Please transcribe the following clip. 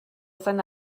seine